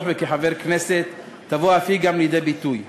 וכחבר כנסת תבוא אף היא לידי ביטוי.